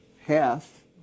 half